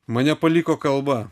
mane paliko kalba